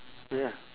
yeah